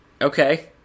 Okay